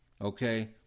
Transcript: okay